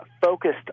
focused